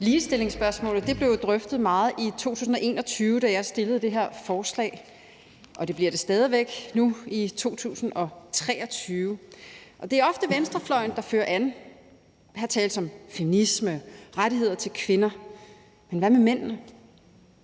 Ligestillingsspørgsmålet blev drøftet meget i 2021, da jeg fremsatte det her forslag, og det bliver det stadig væk her i 2023. Det er ofte venstrefløjen, der fører an. Her tales om feminisme, rettigheder til kvinder, men hvad med mændene?